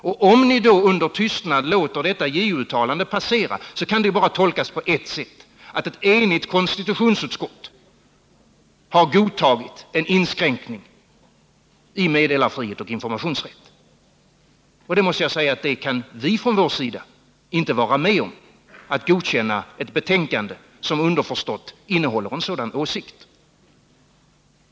Och om ni då under tystnad låter detta JO-uttalande passera, kan det ju bara tolkas på ert sätt, nämligen så att ett enigt konstitutionsutskott har godtagit en inskränkning i meddelarfrihet och informationsrätt. Jag måste säga att vi på vår sida inte kan vara med om att godkänna ett betänkande som underförstått innehåller en sådan åsikt.